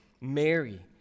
Mary